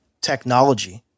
technology